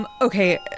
Okay